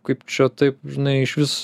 kaip čia taip žinai išvis